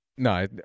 No